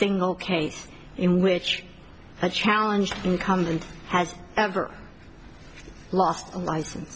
single case in which a challenge incumbent has ever lost a license